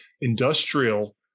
industrial